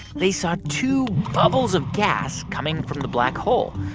they saw two bubbles of gas coming from the black hole.